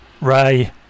Ray